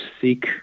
seek